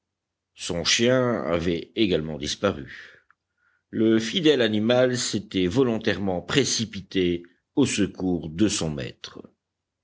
son chien avait également disparu le fidèle animal s'était volontairement précipité au secours de son maître